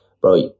bro